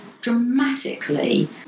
dramatically